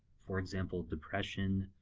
for example, depression,